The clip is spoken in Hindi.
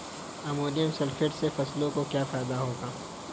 अमोनियम सल्फेट से फसलों को क्या फायदा होगा?